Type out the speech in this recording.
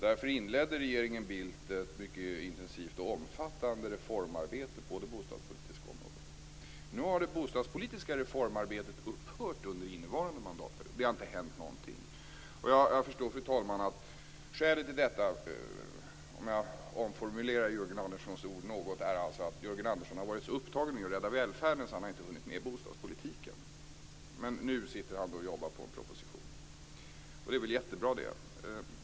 Därför inledde regeringen Bildt ett mycket intensivt och omfattande reformarbete på det bostadspolitiska området. Nu har det bostadspolitiska reformarbetet upphört under innevarande mandatperiod. Det har inte hänt någonting. Jag förstår, fru talman, att skälet till detta är, om jag omformulerar Jörgen Anderssons ord något, att Jörgen Andersson har varit så upptagen med att rädda välfärden att han inte har hunnit med bostadspolitiken. Nu sitter han och jobbar på en proposition. Det är väl jättebra.